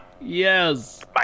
Yes